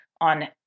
on